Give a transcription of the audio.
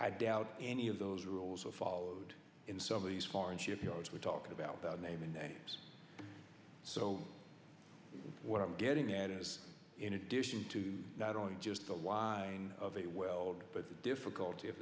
i doubt any of those rules are followed in some of these foreign shipyards we're talking about that name and so what i'm getting at is in addition to not only just the line of a well but the difficulty of